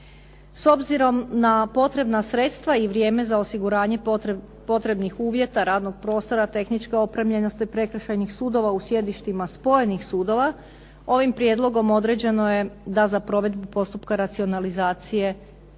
S obzirom na potrebna sredstva i vrijeme za osiguranje potrebnih uvjeta, radnog prostora, tehničke opremljenosti, prekršajnih sudova u sjedištima spojenih sudova ovim prijedlogom određeno je da za provedbu postupka racionalizacije